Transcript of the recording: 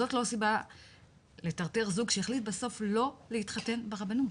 זאת לא סיבה לטרטר זוג שהחליט בסוף לא להתחתן ברבנות.